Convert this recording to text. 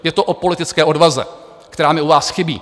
Je to o politické odvaze, která mi u vás chybí!